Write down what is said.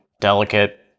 delicate